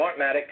Smartmatic